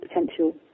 potential